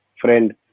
friend